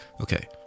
Okay